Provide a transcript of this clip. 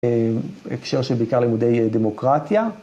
‫הקשר שבעיקר לימודי דמוקרטיה.